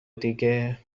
دیگه